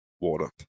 water